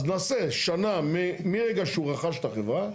אז נעשה שנה מרגע שהוא רכש את החברה,